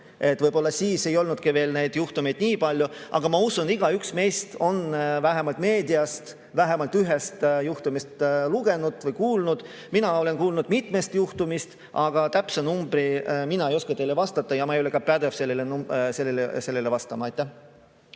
Võib-olla siis ei olnud neid juhtumeid veel palju. Aga ma usun, et igaüks meist on meediast vähemalt ühest juhtumist lugenud või kuulnud. Mina olen kuulnud mitmest juhtumist, aga täpset numbri mina ei oska teile vastata ja ma ei ole ka pädev sellele vastama. Heiki